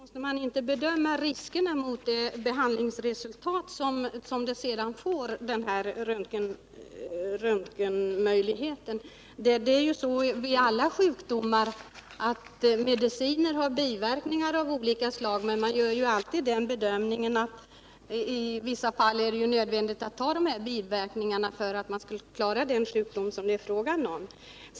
Herr talman! Men, Göran Karlsson, måste man inte vid bedömningen ställa riskerna med röntgenundersökningarna mot de behandlingsresultat som man sedan får? Mediciner har ju alltid biverkningar av olika slag, men man gör ju den bedömningen att det i vissa fall är nödvändigt att ta biverkningarna för att bota den sjukdom som det är fråga om.